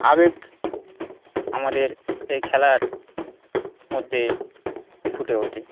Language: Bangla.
আবেগ আমাদের এই খেলার মধ্যে ফুটে ওঠে